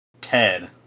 Ted